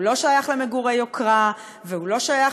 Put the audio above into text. הוא לא שייך למגורי יוקרה והוא לא שייך